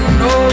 no